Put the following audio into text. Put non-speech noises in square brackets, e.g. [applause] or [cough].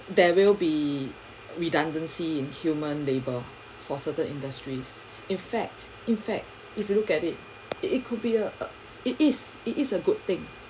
there will be redundancy in human labor for certain industries [breath] in fact in fact if you look at it it could be a it is it is a good thing